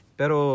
pero